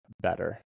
better